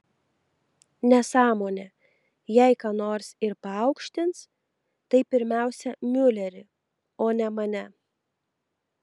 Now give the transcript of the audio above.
nesąmonė jei ką nors ir paaukštins tai pirmiausia miulerį o ne mane